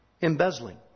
Embezzling